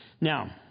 Now